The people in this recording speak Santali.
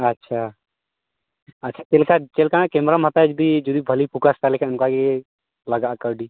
ᱟᱪᱪᱷᱟ ᱟᱪᱪᱷᱟ ᱪᱮᱫ ᱞᱮᱠᱟ ᱪᱮᱫ ᱞᱮᱠᱟᱱᱟᱜ ᱠᱮᱢᱨᱟᱢ ᱦᱟᱛᱟᱣᱟ ᱡᱤᱫᱤ ᱡᱤᱫᱤ ᱵᱷᱟᱹᱞᱤ ᱯᱷᱳᱠᱟᱥ ᱛᱟᱦᱚᱞᱮ ᱠᱷᱟᱱ ᱚᱱᱠᱟᱜᱮ ᱞᱟᱜᱟᱜᱼᱟ ᱠᱟᱹᱣᱰᱤ